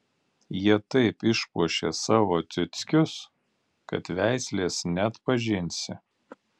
jie taip išpuošė savo ciuckius kad veislės neatpažinsi